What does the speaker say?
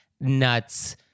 nuts